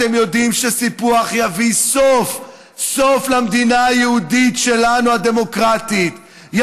אתם יודעים שסיפוח יביא סוף למדינה היהודית הדמוקרטית שלנו,